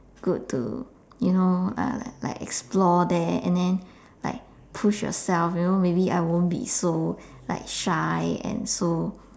good to you know uh like like explore there and then like push yourself you know maybe I won't be so like shy and so